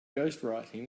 ghostwriting